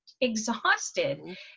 exhausted